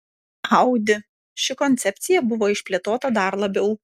audi ši koncepcija buvo išplėtota dar labiau